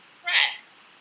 press